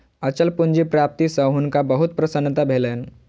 अचल पूंजी प्राप्ति सॅ हुनका बहुत प्रसन्नता भेलैन